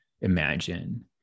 imagine